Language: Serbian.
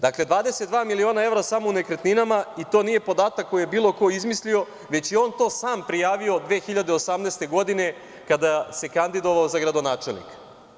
Dakle, 22 miliona evra samo u nekretninama i to nije podatak koji je bilo ko izmislio, već je on to sam prijavio 2018. godine kada se kandidovao za gradonačelnika.